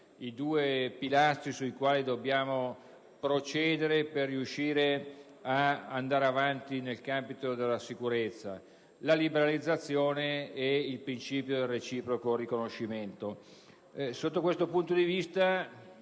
i due pilastri lungo i quali dobbiamo procedere per riuscire ad andare avanti nell'ambito della sicurezza: la liberalizzazione e il principio del reciproco riconoscimento. Ne deriva quindi che